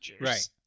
right